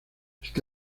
está